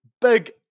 Big